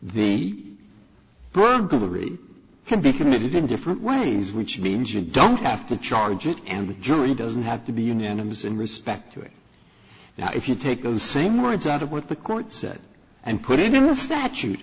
read can be committed in different ways which means you don't have to charge it and the jury doesn't have to be unanimous in respect to it now if you take those same words out of what the court said and put it in the statute